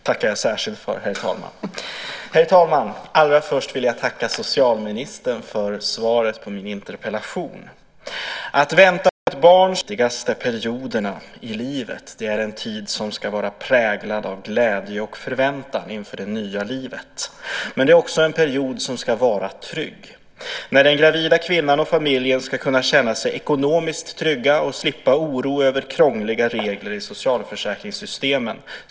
Herr talman! Allra först vill jag tacka socialministern för svaret på min interpellation. Tiden då man väntar på ett barns födelse är en av de viktigaste perioderna i livet. Det är en tid som ska vara präglad av glädje och förväntan inför det nya livet. Men det är också en period som ska vara trygg, en period då den gravida kvinnan och familjen ska kunna känns sig ekonomiskt trygga och slippa oro över krångliga regler i socialförsäkringssystemen.